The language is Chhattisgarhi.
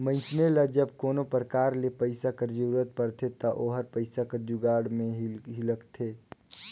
मइनसे ल जब कोनो परकार ले पइसा कर जरूरत परथे ता ओहर पइसा कर जुगाड़ में हिंकलथे